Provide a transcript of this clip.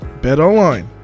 BetOnline